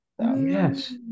Yes